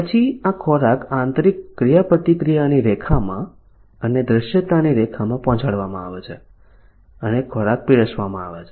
પછી આ ખોરાક આંતરિક ક્રિયાપ્રતિક્રિયાની રેખામાં અને દૃશ્યતાની રેખામાં પહોંચાડવામાં આવે છે અને ખોરાક પીરસવામાં આવે છે